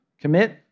commit